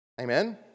Amen